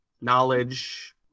knowledge